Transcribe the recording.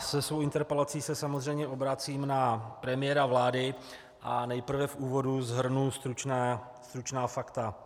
Se svou interpelací se samozřejmě obracím na premiéra vlády a nejprve v úvodu shrnu stručná fakta.